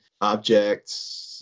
objects